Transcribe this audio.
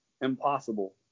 impossible